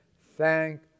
Thank